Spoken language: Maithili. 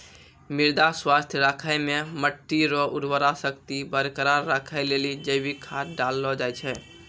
मृदा स्वास्थ्य राखै मे मट्टी रो उर्वरा शक्ति बरकरार राखै लेली जैविक खाद डाललो जाय छै